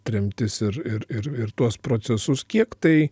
tremtis ir ir ir ir tuos procesus kiek tai